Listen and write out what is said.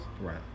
Right